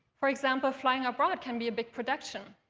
for example, flying abroad can be a big production,